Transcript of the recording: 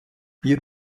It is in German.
ihr